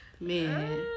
man